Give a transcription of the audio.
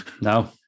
no